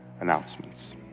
announcements